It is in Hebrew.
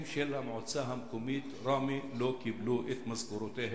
של המועצה המקומית ראמה לא קיבלו את משכורותיהם.